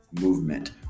movement